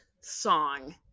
song